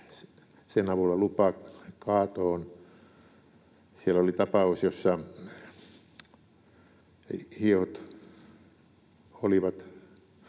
sen avulla lupa kaatoon. Siellä oli tapaus, jossa hiehot olivat